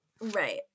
Right